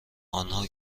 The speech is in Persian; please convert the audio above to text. آنها